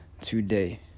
today